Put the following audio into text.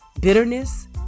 bitterness